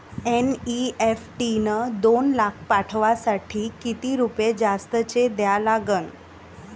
NEFT न दोन लाख पाठवासाठी किती रुपये जास्तचे द्या लागन?